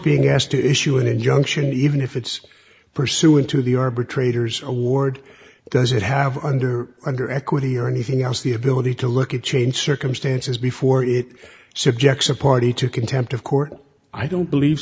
being asked to issue an injunction even if it's pursuant to the arbitrator's award does it have under under equity or anything else the ability to look at changed circumstances before it subjects a party to contempt of court i don't believe